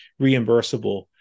reimbursable